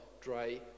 dry